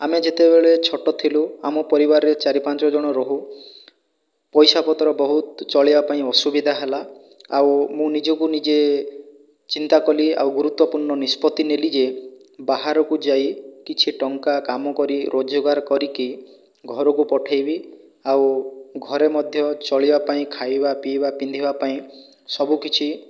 ଆମେ ଯେତେବେଳେ ଛୋଟ ଥିଲୁ ଆମ ପରିବାରରେ ଚାରି ପାଞ୍ଚ ଜଣ ରହୁ ପଇସା ପତ୍ର ବହୁତ ଚଳିବା ପାଇଁ ଅସୁବିଧା ହେଲା ଆଉ ମୁଁ ନିଜକୁ ନିଜେ ଚିନ୍ତା କଲି ଆଉ ଗୁରୁତ୍ୱପୂର୍ଣ୍ଣ ନିଷ୍ପତି ନେଲି ଯେ ବାହାରକୁ ଯାଇ କିଛି ଟଙ୍କା କାମ କରି ରୋଜଗାର କରିକି ଘରକୁ ପଠାଇବି ଆଉ ଘରେ ମଧ୍ୟ ଚଳିବା ପାଇଁ ଖାଇବା ପିଇବା ପିନ୍ଧିବା ପାଇଁ ସବୁ କିଛି